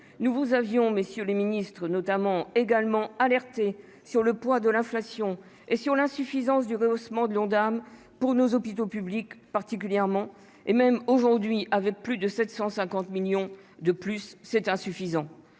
Nous vous avions messieurs les Ministres notamment également alerté sur le poids de l'inflation et sur l'insuffisance du rehaussement de l'Ondam pour nos hôpitaux publics particulièrement et même aujourd'hui avec plus de 750 millions de plus, c'est insuffisant.